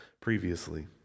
previously